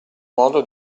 modo